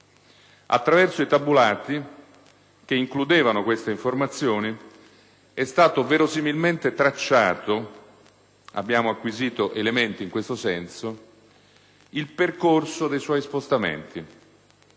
Attraverso i tabulati, che includevano queste informazioni, è stata verosimilmente tracciato - abbiamo acquisito elementi in questo senso - il percorso dei suoi spostamenti